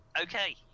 Okay